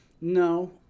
No